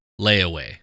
layaway